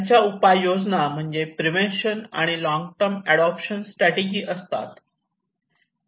त्यांच्या उपाययोजना म्हणजे प्रेवेंशन आणि लॉंग टर्म अडोप्शन स्ट्रॅटेजी असतात